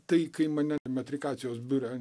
tai kai mane metrikacijos biure